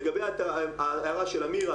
לגבי ההערה של אמיר,